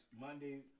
Monday